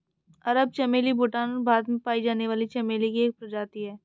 अरब चमेली भूटान और भारत में पाई जाने वाली चमेली की एक प्रजाति है